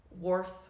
worth